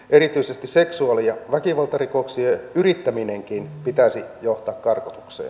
erityisesti seksuaali ja väkivaltarikoksien yrittämisenkin pitäisi johtaa karkotukseen